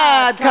God